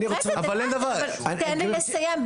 רגע, סליחה, אבל תן לי לסיים.